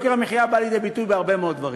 הוא בא לידי ביטוי בהרבה מאוד דברים.